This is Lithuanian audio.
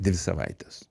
dvi savaites